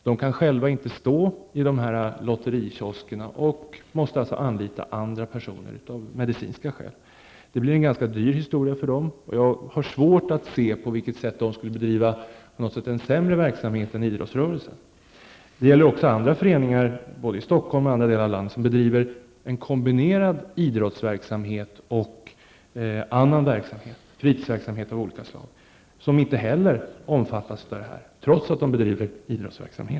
De kan inte själva stå i lotterikioskerna och måste av medicinska skäl anlita andra personer. Det blir en ganska dyr historia för dem. Jag har svårt att se på vilket sätt de skulle bedriva en sämre verksamhet än idrottsrörelsen. Det gäller också andra föreningar, både i Stockholm och i andra delar av landet, som trots att de bedriver en kombinerad idrottsverksamhet och annan verksamhet, t.ex. fritidsverksamhet av olika slag, inte heller omfattas av denna möjlighet.